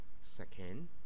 Second